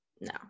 no